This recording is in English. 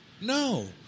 No